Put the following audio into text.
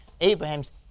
Abraham's